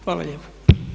Hvala lijepa.